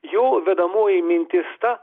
jų vedamoji mintis ta